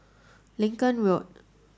Lincoln Road